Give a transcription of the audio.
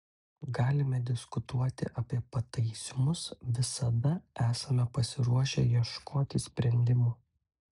galime diskutuoti apie pataisymus visada esame pasiruošę ieškoti sprendimų